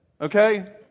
okay